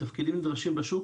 תפקידים נדרשים בשוק.